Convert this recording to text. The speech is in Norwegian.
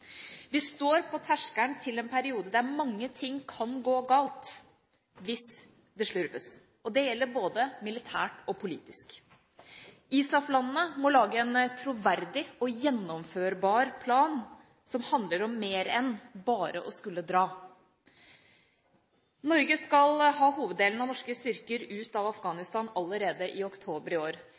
Vi står på terskelen til en periode der mange ting kan gå galt, hvis det slurves. Det gjelder både militært og politisk. ISAF-landene må lage en troverdig og gjennomførbar plan som handler om mer enn bare å skulle dra. Norge skal ha hoveddelen av norske styrker ut av Afghanistan allerede i oktober i år,